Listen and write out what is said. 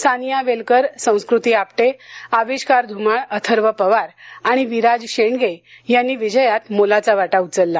सानिया वेलकर संस्कृती आपटे अविष्कार धुमाऴ अथर्व पवार आणि विराज शेंडगे यांनी विजयात मोलाचा वाटा उचलला